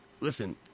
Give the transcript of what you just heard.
Listen